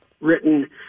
written